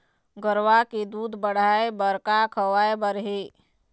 गरवा के दूध बढ़ाये बर का खवाए बर हे?